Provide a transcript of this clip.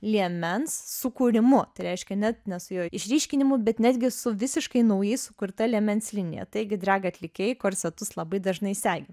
liemens sukūrimu tai reiškia net ne su juo išryškinimu bet netgi su visiškai naujai sukurta liemens linija taigi dreg atlikėjai korsetus labai dažnai segi